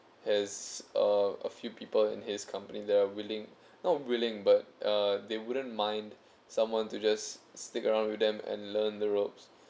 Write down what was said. has uh a few people in his company that are willing not willing but uh they wouldn't mind someone to just stick around with them and learn the ropes